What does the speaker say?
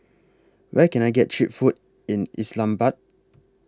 Where Can I get Cheap Food in Islamabad